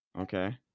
Okay